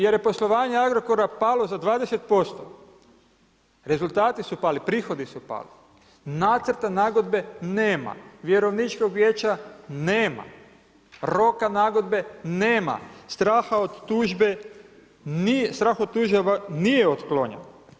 Jer je poslovanje Agrokora palo za 20%, rezultati su pali, prihodi su pali, nacrta nagodbe nema, vjerovničkog vijeća nema, roka nagodbe nema, straha od tužaba nije otklonjen.